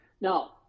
Now